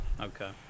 okay